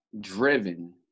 driven